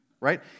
right